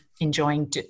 enjoying